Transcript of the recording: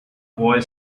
boy